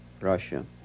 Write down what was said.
Russia